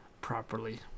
properly